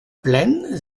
plaine